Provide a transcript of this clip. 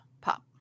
Pop